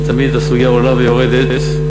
ותמיד הסוגיה עולה ויורדת,